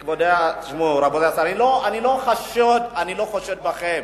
תשמעו, רבותי השרים, אני לא חושד בכם.